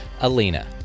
Alina